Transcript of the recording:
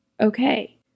okay